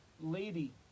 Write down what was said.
lady